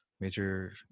major